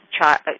child